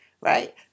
right